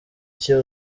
cye